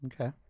Okay